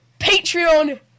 Patreon